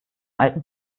alten